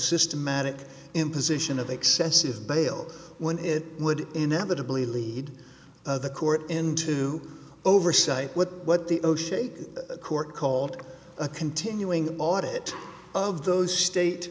systematic imposition of excessive bail when it would inevitably lead the court into oversight with what the o'shea court called a continuing audit of those state